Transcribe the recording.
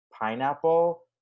pineapple